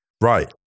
Right